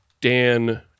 Dan